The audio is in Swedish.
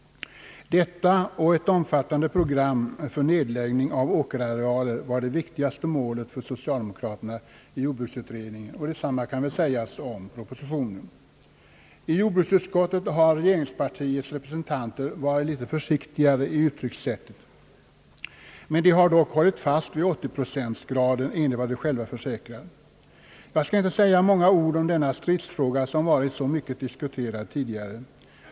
Denna och ett omfattande program för nedläggning av åkerarealer var det viktigaste målet för socialdemokraterna i jordbruksutredningen, och detsamma kan väl sägas om propositionen. I jordbruksutskottet har regeringspartiets representanter varit litet försiktigare i uttryckssättet, men de har dock hållit fast vid 80-procentsgraden, enligt vad de själva försäkrar. Jag skall inte säga många ord om denna stridsfråga, som har varit så mycket diskuterad tidigare.